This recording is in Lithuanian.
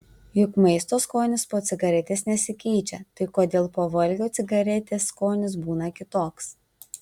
juk maisto skonis po cigaretės nesikeičia tai kodėl po valgio cigaretės skonis būna kitoks